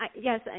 Yes